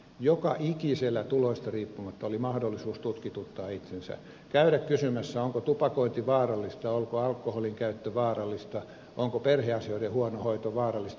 joka ikisellä tuloista riippumatta oli mahdollisuus tutkituttaa itsensä käydä kysymässä onko tupakointi vaarallista onko alkoholinkäyttö vaarallista onko perheasioiden huono hoito vaarallista etc